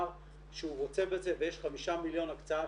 אמר שהוא רוצה בזה ויש חמישה מיליון הקצאה